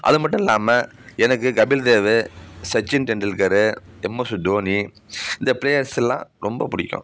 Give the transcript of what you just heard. அது மட்டும் இல்லாமல் எனக்கு கபில் தேவ் சச்சின் டெண்டுல்கரு எம் எஸ்ஸு டோனி இந்த பிளேயர்ஸ் எல்லாம் ரொம்ப பிடிக்கும்